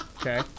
okay